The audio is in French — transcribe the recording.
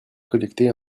collectées